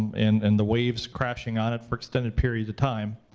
and and the waves crashing on it for extended periods of time,